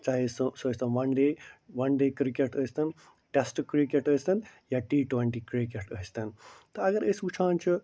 چاہیے سُہ سُہ ٲسۍ تن one day one day cricket ٲسۍ تن ٹیٚسٹہٕ کِرکٹ ٲسۍ تن یا ٹی ٹُونٹی کِرکٹ ٲسۍ تن تہٕ اگر أسۍ وُچھان چھِ